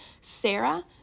Sarah